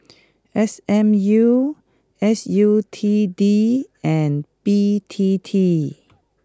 S M U S U T D and B T T